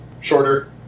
shorter